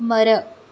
ಮರ